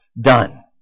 done